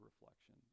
reflection